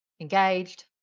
engaged